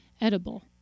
edible